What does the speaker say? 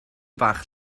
fach